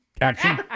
action